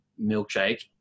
milkshake